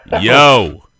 Yo